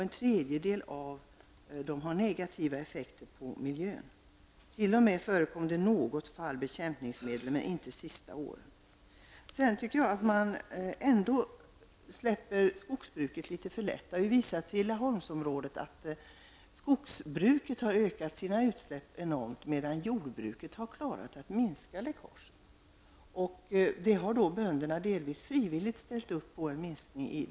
En tredjedel av ämnena får negativa effekter för miljön. I något fall har det även förekommit bekämpningsmedel, dock inte under de senaste åren. Jag tycker att man släpper skogsbruket litet för lätt. I Laholmsområdet har det visat sig att skogsbruket har ökat sina utsläpp enormt, medan jordbruket har klarat att minska läckaget. Bönderna i området har delvis frivilligt ställt upp på en minskning.